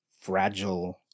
fragile